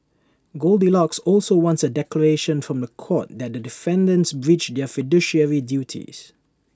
goldilocks also wants A declaration from The Court that the defendants breached their fiduciary duties